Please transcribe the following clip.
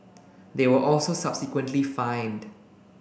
they were also subsequently fined